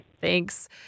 Thanks